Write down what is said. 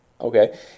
okay